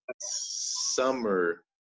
summer